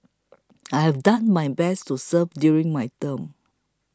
I have done my best to serve during my term